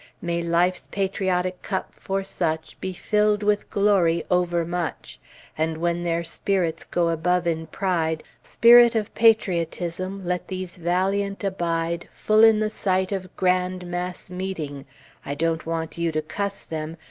may life's patriotic cup for such be filled with glory overmuch and when their spirits go above in pride, spirit of patriotism, let these valiant abide full in the sight of grand mass-meeting i don't want you to cuss them,